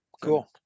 Cool